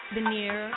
Veneer